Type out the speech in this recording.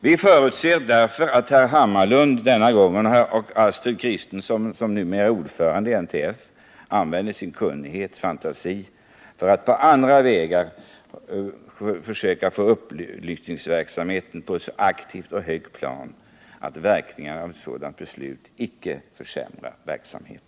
Vi förutsätter nu att herr Hammarlund och Astrid Kristensson, som numera är ordförande i NTF, använder sin kunnighet och fantasi för att på andra vägar försöka driva upplysningen så aktivt och på ett så högt plan att verkningarna av ett sådant beslut icke försämrar verksamheten.